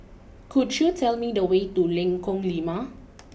could you tell me the way to Lengkong Lima